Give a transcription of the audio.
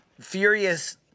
furious